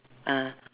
ah